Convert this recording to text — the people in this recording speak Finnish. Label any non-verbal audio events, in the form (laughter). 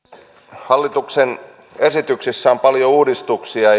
hallituksen esityksissä on paljon uudistuksia (unintelligible)